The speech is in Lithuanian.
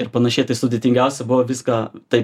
ir panašiai tai sudėtingiausia buvo viską taip